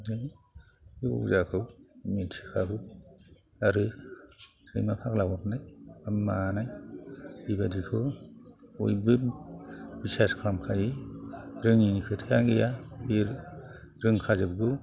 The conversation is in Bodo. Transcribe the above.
जों बे अजाखौ मिथिखागौ आरो सैमा फाग्ला अरनाय मानाय बेबादिखौ बयबो बिसास खालामखायो रोङैनि खोथायानो गैया बे रोंखाजोबगौ